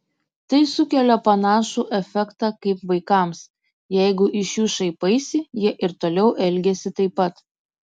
tai sukelia panašų efektą kaip vaikams jeigu iš jų šaipaisi jie ir toliau elgiasi taip pat